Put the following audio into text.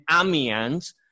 Amiens